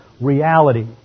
reality